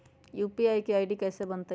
UPI के ID कैसे बनतई?